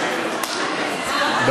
התשע"ז 2017,